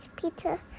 Peter